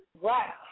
Wow